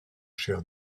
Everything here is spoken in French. cher